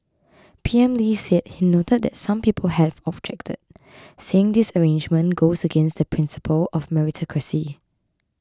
P M Lee said he noted that some people have objected saying this arrangement goes against the principle of meritocracy